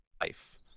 life